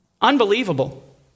Unbelievable